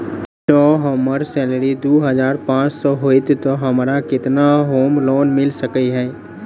जँ हम्मर सैलरी दु हजार पांच सै हएत तऽ हमरा केतना होम लोन मिल सकै है?